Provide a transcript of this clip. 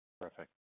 Perfect